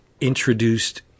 introduced